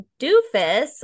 doofus